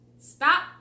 Stop